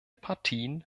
partien